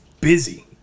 busy